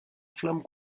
flammes